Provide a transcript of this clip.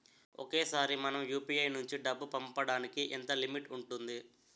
ఒకేసారి మనం యు.పి.ఐ నుంచి డబ్బు పంపడానికి ఎంత లిమిట్ ఉంటుంది?